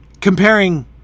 comparing